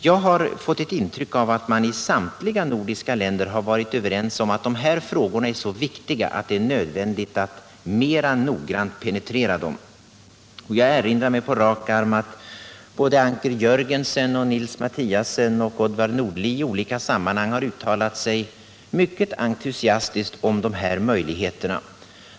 Jag har ett intryck av att man i samtliga nordiska länder varit överens om att dessa frågor är så viktiga att det är nödvändigt att penetrera dem mera noggrant. Jag erinrar mig på rak arm att både Anker Jorgensen, Niels Mathiasen och Odvar Nordli i olika sammanhang uttalat sig mycket entusiastiskt om dessa möjligheter.